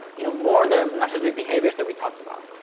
you know, more than necessarily behaviors that we talked about.